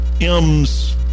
M's